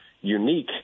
unique